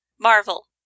Marvel